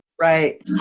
Right